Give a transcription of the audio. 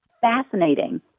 fascinating